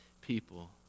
people